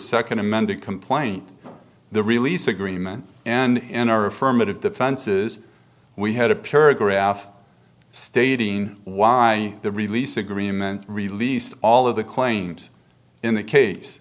second amended complaint the release agreement and our affirmative defenses we had a paragraph stating why the release agreement released all of the claims in the case